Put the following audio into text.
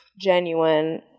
genuine